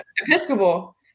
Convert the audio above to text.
Episcopal